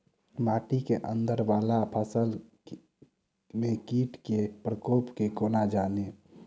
माटि केँ अंदर वला फसल मे कीट केँ प्रकोप केँ कोना जानि?